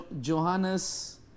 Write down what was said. Johannes